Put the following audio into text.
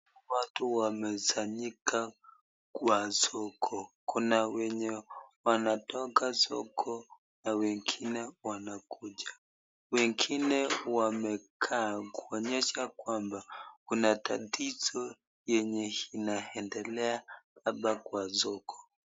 Watu wamezanyika Kwa soko kuna wenye wanatoka Kwa soko na wengine wanakuja wengine wamekaa kuonyesha kwamba kuna tatizo yenye inaendelea hapa Kwa soko.